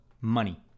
money